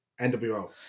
NWO